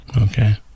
Okay